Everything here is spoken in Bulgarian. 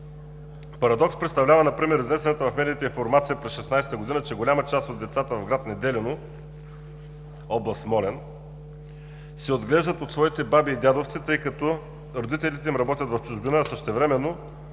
Парадокс представлява например изнесената в медиите информация през 2016 г., че голяма част от децата в град Неделино, област Смолян, се отглеждат от своите баби и дядовци, тъй като родителите им работят в чужбина, а същевременно